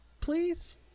please